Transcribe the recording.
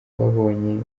babonye